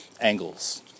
angles